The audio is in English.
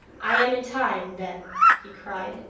i am in time, then he cried,